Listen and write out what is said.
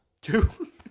Two